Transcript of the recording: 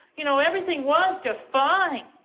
you know, everything was just fine.